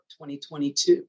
2022